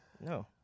No